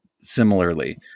similarly